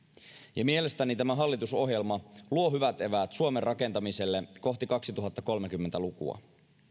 ja mielestäni tämä hallitusohjelma luo hyvät eväät suomen rakentamiselle kohti kaksituhattakolmekymmentä lukua